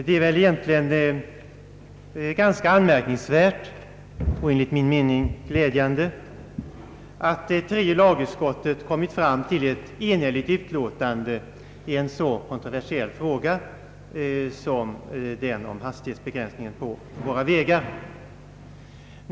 Herr talman! Det är ganska anmärkningsvärt och enligt min mening glädjande att tredje lagutskottet har kunnat avge ett enhälligt utlåtande i en så kontroversiell fråga som den om hastighetsbegränsning på våra vägar.